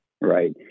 right